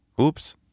oops